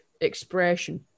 expression